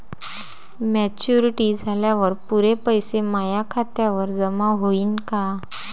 Maturity झाल्यावर पुरे पैसे माया खात्यावर जमा होईन का?